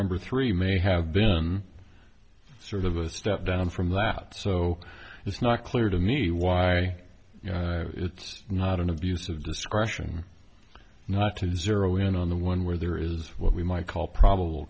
number three may have been sort of a step down from that so it's not clear to me why it's not an abuse of discretion not to zero in on the one where there is what we might call probable